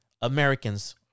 Americans